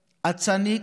אצנית,